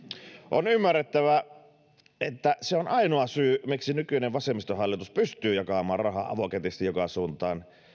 on ymmärrettävä että se on ainoa syy miksi nykyinen vasemmistohallitus pystyy jakamaan rahaa avokätisesti joka suuntaan